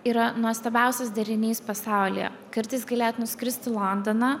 yra nuostabiausias derinys pasaulyje kartais galėt nuskrist į londoną